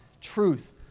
truth